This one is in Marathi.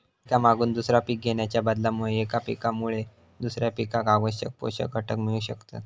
एका मागून दुसरा पीक घेणाच्या बदलामुळे एका पिकामुळे दुसऱ्या पिकाक आवश्यक पोषक घटक मिळू शकतत